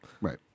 Right